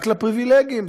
רק לפריבילגים.